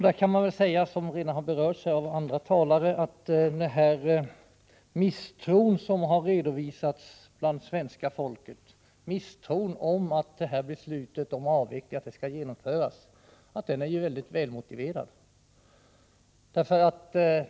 Man kan väl säga — vilket redan har berörts av andra talare — att den misstro som redovisats bland svenska folket i fråga om att beslutet om avveckling skall genomföras är mycket väl motiverad.